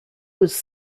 was